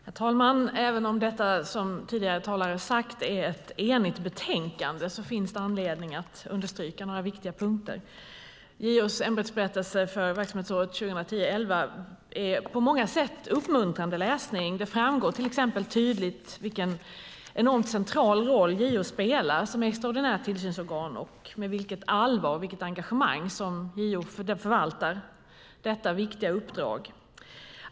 Herr talman! Även om detta, som tidigare talare sagt, är ett enigt betänkande finns det anledning att understryka några viktiga punkter. JO:s ämbetsberättelse för verksamhetsåret 2010-2011 är på många sätt en uppmuntrande läsning. Det framgår till exempel tydligt vilken enormt central roll JO spelar som extraordinärt tillsynsorgan och med vilket allvar och engagemang som JO förvaltar detta viktiga uppdrag.